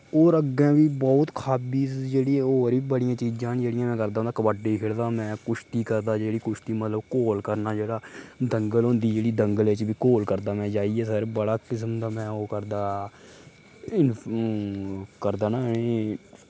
होर अग्गें बी बहुत हाब्बी जेह्ड़ी होर बी बड़ियां चीजां न जेह्ड़ियां में करदा हा में कबड्डी खेढदा में कुश्ती करदा जेह्ड़ी कुश्ती मतलब घोल करना जेह्ड़ा दंगल होंदी जेह्ड़ी दंगल बिच बी घोल करदा में जाइयै सर बड़ा किस्म दा में ओह् करदा करदा ना